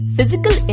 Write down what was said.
Physical